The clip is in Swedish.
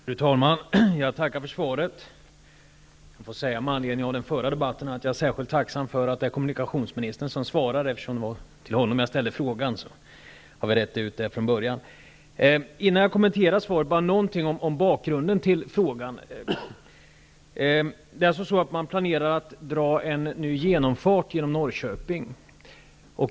Fru talman! Jag tackar för svaret. Med anledning av den föregående debatten vill jag säga att jag är särskilt tacksam för att det är kommunikationsministern som svarar, eftersom det var till honom jag ställde frågan, så har vi rett ut det från början. Innan jag kommenterar svaret vill jag säga något om bakgrunden till frågan. Man planerar att dra en ny genomfart genom Norrköping.